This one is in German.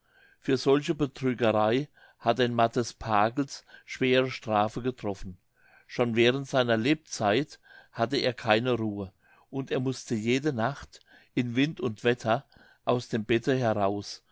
für solche betrügerei hat den matthes pagels schwere strafe getroffen schon während seiner lebzeit hatte er keine ruhe und er mußte jede nacht in wind und wetter aus dem bette heraus